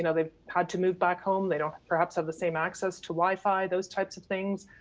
you know they've had to move back home, they don't perhaps have the same access to wifi, those types of things,